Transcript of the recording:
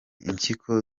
impyiko